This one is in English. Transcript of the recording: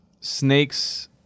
snakes